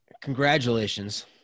congratulations